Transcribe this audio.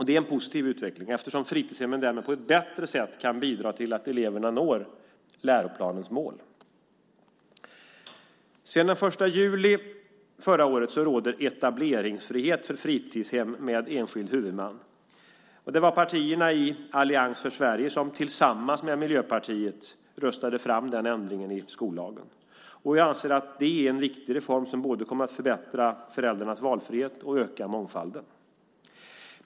Det är en positiv utveckling, eftersom fritidshemmen därmed på ett bättre sätt kan bidra till att eleverna når läroplanens mål. Sedan den 1 juli förra året råder etableringsfrihet för fritidshem med enskild huvudman. Det var partierna i Allians för Sverige som tillsammans med Miljöpartiet röstade fram denna ändring i skollagen. Jag anser att det är en viktig reform som kommer att både förbättra föräldrarnas valfrihet och öka mångfalden.